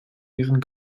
ihren